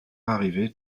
arriver